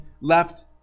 left